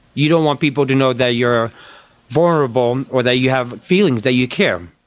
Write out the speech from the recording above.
you don't want people to know that you are vulnerable or that you have feelings, that you care.